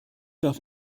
darf